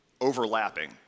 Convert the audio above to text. overlapping